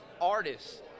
artists